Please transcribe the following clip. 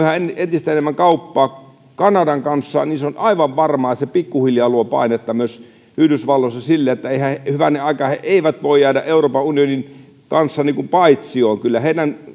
entistä enemmän kauppaa kanadan kanssa se on aivan varmaa että se pikkuhiljaa luo painetta myös yhdysvalloissa sille että hyvänen aika he eivät voi jäädä euroopan unionin kanssa paitsioon kyllä heidän